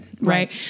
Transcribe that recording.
Right